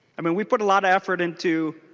i mean we put a lot of effort into